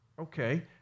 Okay